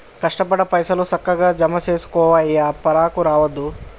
కష్టపడ్డ పైసలు, సక్కగ జమజేసుకోవయ్యా, పరాకు రావద్దు